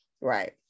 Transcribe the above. right